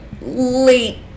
late